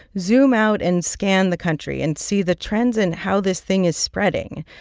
zoom out and scan the country and see the trends in how this thing is spreading,